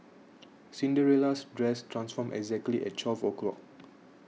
Cinderella's dress transformed exactly at twelve o'clock